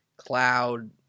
cloud